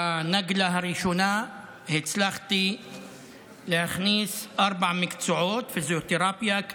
בנגלה הראשונה הצלחתי להכניס ארבעה מקצועות: פיזיותרפיה,